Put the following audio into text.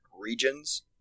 regions